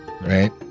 right